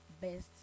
best